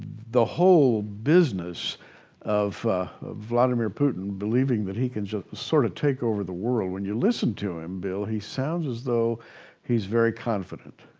the whole business of vladimir putin believing that he can just sort of take over the world. when you listen to him bill, he sounds as though he's very confident.